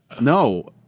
No